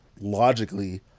logically